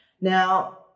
Now